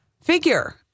figure